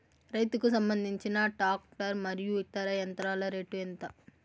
రైతుకు సంబంధించిన టాక్టర్ మరియు ఇతర యంత్రాల రేటు ఎంత?